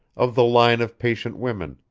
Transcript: of the line of patient women,